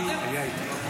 דיברתם?